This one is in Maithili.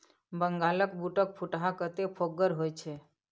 बंगालक बूटक फुटहा कतेक फोकगर होए छै